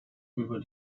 über